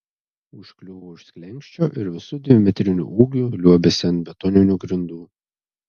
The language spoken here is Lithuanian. užkliuvo už slenksčio ir visu dvimetriniu ūgiu liuobėsi ant betoninių grindų